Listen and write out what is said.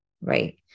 Right